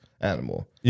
animal